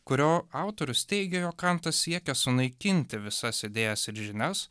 kurio autorius teigė jog kantas siekė sunaikinti visas idėjas ir žinias